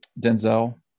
Denzel